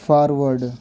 forward